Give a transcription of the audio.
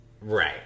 Right